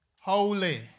holy